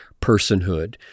personhood